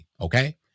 Okay